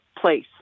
place